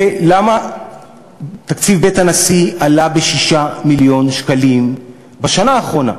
ולמה תקציב בית הנשיא עלה ב-6 מיליון שקלים בשנה האחרונה,